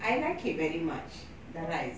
I like it very much the rice